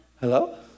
Hello